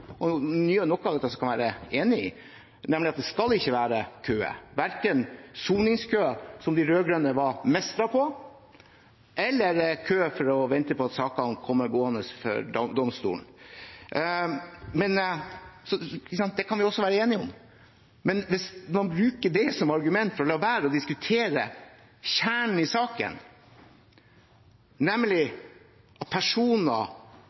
Noe av det kan jeg være enig i – nemlig at det ikke skal være køer, verken soningskøer, som de rød-grønne var mestre i, eller køer for å vente på at saker skal opp for domstolene. Det kan vi være enige om. Men hvis man bruker det som argument for å la være å diskutere kjernen i saken, nemlig at personer